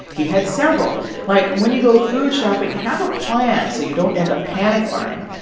he had several like when you go food shopping, have a plan so you don't end up panic buying.